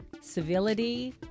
civility